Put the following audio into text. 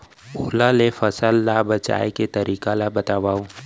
ओला ले फसल ला बचाए के तरीका ला बतावव?